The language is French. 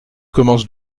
commences